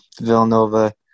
Villanova